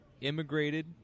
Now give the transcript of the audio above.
immigrated